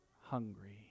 hungry